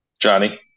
Johnny